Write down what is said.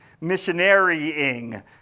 missionarying